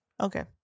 Okay